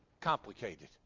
complicated